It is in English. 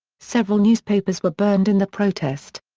several newspapers were burned in the protest.